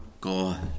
God